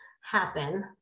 happen